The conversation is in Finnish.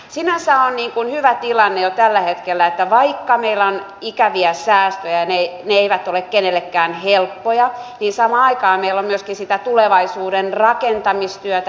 sinänsä on hyvä tilanne jo tällä hetkellä että vaikka meillä on ikäviä säästöjä ja ne eivät ole kenellekään helppoja niin samaan aikaan meillä on myöskin sitä tulevaisuuden rakentamistyötä